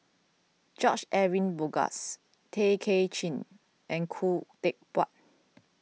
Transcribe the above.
George Edwin Bogaars Tay Kay Chin and Khoo Teck Puat